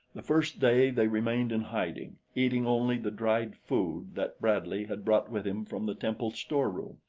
the first day they remained in hiding, eating only the dried food that bradley had brought with him from the temple storeroom,